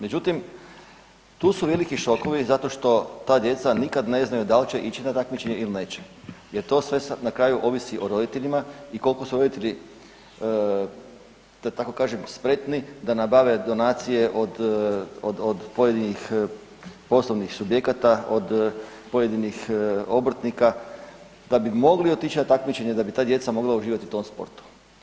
Međutim, tu su veliki šokovi zato što ta djeca nikad ne znaju da li će ići na takmičenje ili neće jer to sve na kraju ovisi o roditeljima i koliko su roditelji da tako kažem spretni da nabave donacije od pojedinih poslovnih subjekata, od pojedinih obrtnika da bi mogli otići na takmičenje i da bi ta djeca mogla uživati u tom sportu.